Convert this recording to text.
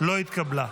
לא התקבלה.